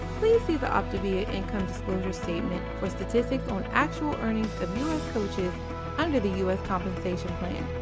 please see the optavia income disclosure statement for statistics on actual earnings of u s. coaches under the u s. compensation plan.